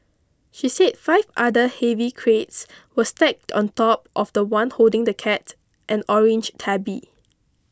she said five other heavy crates were stacked on top of the one holding the cat an orange tabby